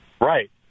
Right